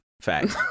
fact